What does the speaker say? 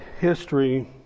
history